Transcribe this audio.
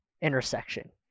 intersection